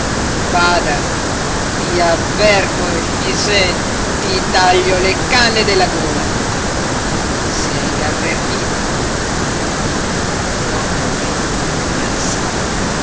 bada ti avverto efisè ti taglio le canne della gola sei avvertito l'uomo dietro ansava